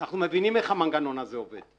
אנחנו מבינים איך המנגנון הזה עובד.